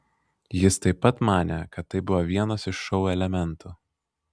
jis taip pat manė kad tai buvo vienas iš šou elementų